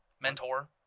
Mentor